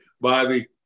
Bobby